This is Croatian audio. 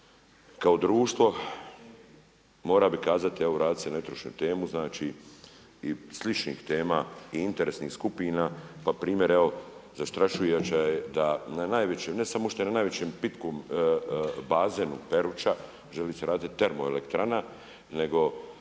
kao društvo, morao bi kazati, evo vratiti ću se na jutrošnju temu, znači i sličnih tema i interesnih skupina, pa primjer evo zastrašujuće je da na najvećoj, ne samo što je na najvećom pitkom bazenu Peruča, želi se raditi termoelektrana, nego